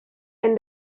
and